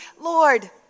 lord